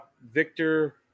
victor